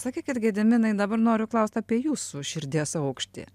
sakykit gediminai dabar noriu klaust apie jūsų širdies aukštį